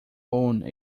own